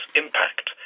impact